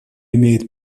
имеет